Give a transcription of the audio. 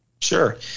Sure